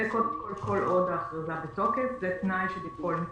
זה כל עוד ההכרזה בתוקף, זה תנאי אחד.